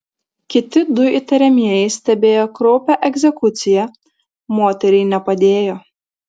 kiti du įtariamieji stebėjo kraupią egzekuciją moteriai nepadėjo